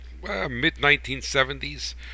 mid-1970s